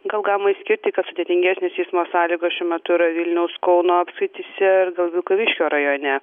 gal galima išskirti kad sudėtingesnės eismo sąlygos šiuo metu yra vilniaus kauno apskrityse ir gal vilkaviškio rajone